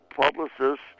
Publicists